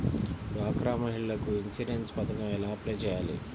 డ్వాక్రా మహిళలకు ఇన్సూరెన్స్ పథకం ఎలా అప్లై చెయ్యాలి?